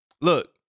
look